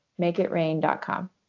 makeitrain.com